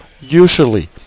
usually